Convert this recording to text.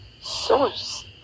source